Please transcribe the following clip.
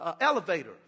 elevator